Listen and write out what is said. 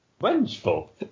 Vengeful